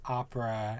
opera